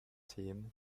themen